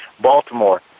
Baltimore